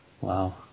Wow